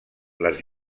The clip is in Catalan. les